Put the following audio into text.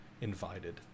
invited